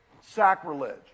sacrilege